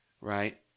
Right